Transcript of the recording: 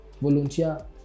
volunteer